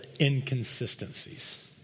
inconsistencies